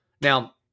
Now